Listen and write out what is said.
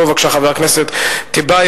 בוא בבקשה, חבר הכנסת טיבייב.